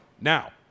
Now